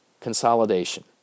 consolidation